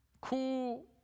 Cool